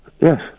yes